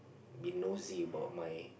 be nosy about my